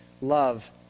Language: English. love